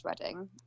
wedding